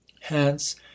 Hence